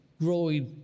growing